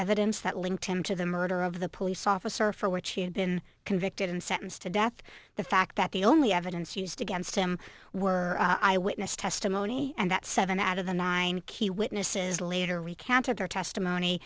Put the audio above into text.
evidence that linked him to the murder of the police officer for which he had been convicted and sentenced to death the fact that the only evidence used against him were eyewitness testimony and that seven out of the nine key witnesses later recanted their testimony